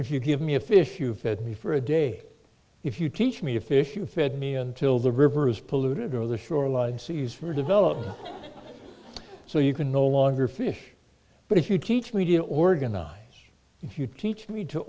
if you give me a fish you fed me for a day if you teach me to fish you fed me until the rivers polluted or the shoreline seas for development so you can no longer fish but if you teach media organized if you teach me to